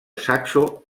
saxo